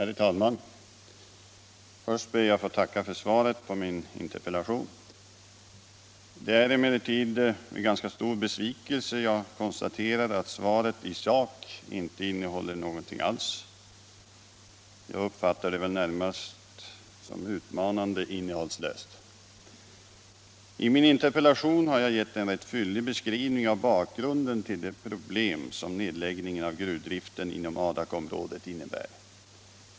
Herr talman! Först ber jag att få tacka för svaret på min interpellation. Det är emellertid med ganska stor besvikelse jag konstaterar att svaret i sak inte innehåller någonting alls. Jag uppfattar det närmast som utmanande innehållslöst. I min interpellation har jag gett en rätt fyllig beskrivning av bakgrunden till de problem som nedläggningen av gruvdriften i Adakområdet innebär.